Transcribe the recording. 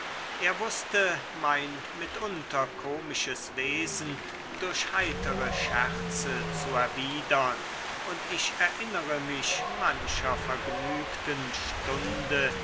er wußte mein mitunter komisches wesen durch heitere scherze zu erwidern und ich erinnere mich mancher vergnügten stunde